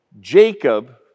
Jacob